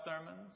sermons